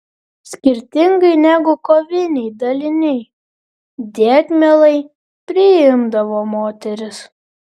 skirtingai negu koviniai daliniai dėt mielai priimdavo moteris